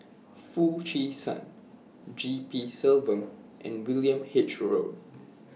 Foo Chee San G P Selvam and William H Road